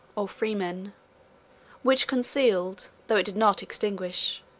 or freemen which concealed, though it did not extinguish,